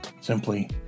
Simply